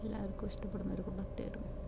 എല്ലാര്ക്കും ഇഷ്ട്ടപെടുന്നൊരു ആയിരുന്നു